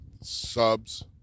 subs